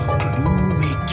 gloomy